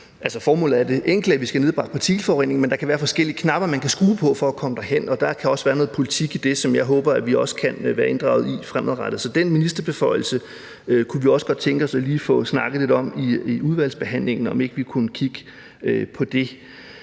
Formålet er det enkle, at vi skal have nedbragt partikelforureningen, men der kan være forskellige knapper, man kan skrue på for at komme derhen, og der kan også være noget politik i det, som jeg også håber at vi kan være inddraget i fremadrettet. Så den ministerbeføjelse kunne vi også godt tænke os lige at få snakket lidt om i udvalgsbehandlingen, altså om ikke vi kunne kigge på det.